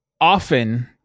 often